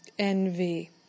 envy